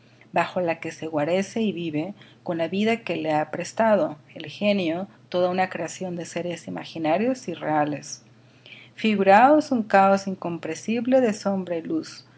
bajo la que se guarece y vive con la vida que le ha prestado el genio toda una creación de seres imaginarios y reales figuráos un caos incomprensible de sombra y luz